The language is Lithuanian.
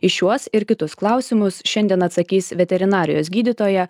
į šiuos ir kitus klausimus šiandien atsakys veterinarijos gydytoja